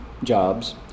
Jobs